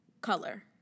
color